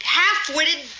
half-witted